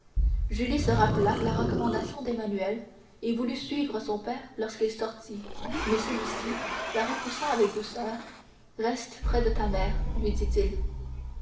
julie se rappela la recommandation d'emmanuel et voulut suivre son père lorsqu'il sortit mais celui-ci la repoussant avec douceur reste près de ta mère lui dit-il